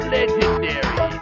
Legendary